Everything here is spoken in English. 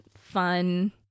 fun